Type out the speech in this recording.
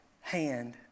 hand